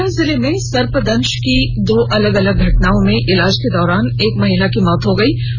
गोड्डा जिले में सर्पदंश की दो अलग अलग घटना में इलाज के दौरान एक महिला की मौत हो गयी